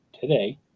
today